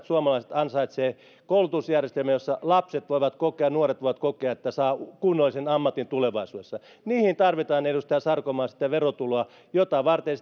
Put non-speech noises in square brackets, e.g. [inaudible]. [unintelligible] suomalaiset ansaitsevat koulutusjärjestelmän jossa lapset voivat kokea nuoret voivat kokea että saavat kunnollisen ammatin tulevaisuudessa niihin tarvitaan edustaja sarkomaa sitä verotuloa jota varten [unintelligible]